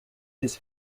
his